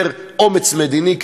יותר אומץ מדיני,